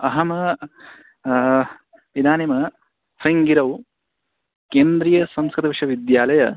अहम् इदानीं शृङ्गिरौ केन्द्रिय संस्कृतविश्वविद्यालयः